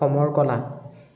সমৰ কলা